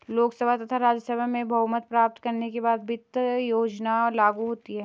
लोकसभा तथा राज्यसभा में बहुमत प्राप्त करने के बाद वित्त योजना लागू होती है